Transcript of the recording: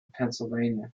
pennsylvania